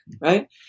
right